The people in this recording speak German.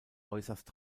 äußerst